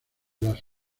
las